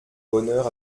bonheur